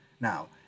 Now